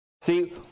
See